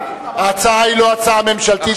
ההצעה היא לא הצעה ממשלתית,